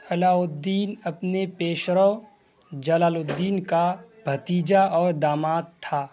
علاء الدین اپنے پیشرو جلال الدین کا بھتیجا اور داماد تھا